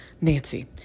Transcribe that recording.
Nancy